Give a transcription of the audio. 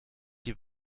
die